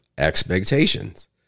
expectations